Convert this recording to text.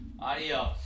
Adios